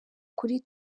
kuri